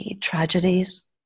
tragedies